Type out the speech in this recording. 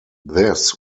this